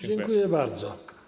Dziękuję bardzo.